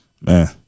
man